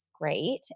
great